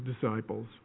disciples